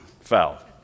fell